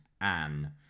Anne